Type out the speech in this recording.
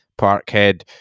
Parkhead